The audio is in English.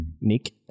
Nick